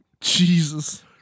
Jesus